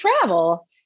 travel